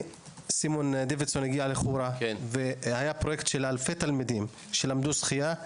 חבר הכנסת דוידסון הגיע לחורה והיה פרויקט של אלפי תלמידים שלמדו שחייה,